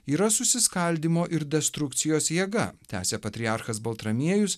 yra susiskaldymo ir destrukcijos jėga tęsė patriarchas baltramiejus